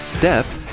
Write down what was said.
death